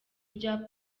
rya